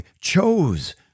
chose